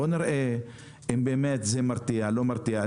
בואו נראה אם באמת זה מרתיע או לא מרתיע.